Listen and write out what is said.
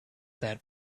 that